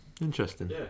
Interesting